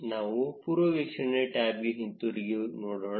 ನಾವು ಪೂರ್ವವೀಕ್ಷಣೆ ಟ್ಯಾಬ್ಗೆ ಹಿಂತಿರುಗಿ ನೋಡೋಣ